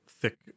thick